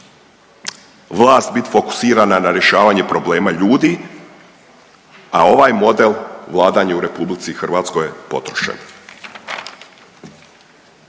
vlast biti fokusirana na rješavanje problema ljudi, a ovaj model vladanja u Republici Hrvatskoj je potrošen.